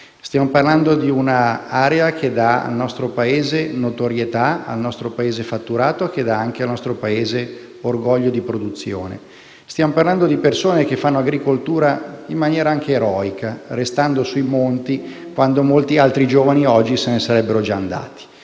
Stiamo parlando di un'area che dà al nostro Paese notorietà, fatturato e orgoglio di produzione. Stiamo parlando di persone che fanno agricoltura in maniera anche eroica, restando sui monti quando molti altri giovani, oggi, se ne sarebbero già andati.